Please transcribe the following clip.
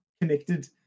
connected